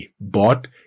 bought